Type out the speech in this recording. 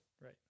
Right